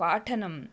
पाठनम्